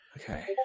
Okay